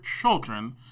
children